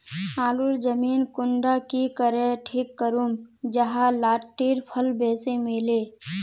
आलूर जमीन कुंडा की करे ठीक करूम जाहा लात्तिर फल बेसी मिले?